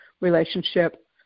relationship